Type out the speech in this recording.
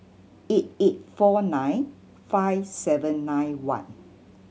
eight eight four nine five seven nine one